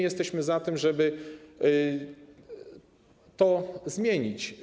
Jesteśmy za tym, żeby to zmienić.